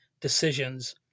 decisions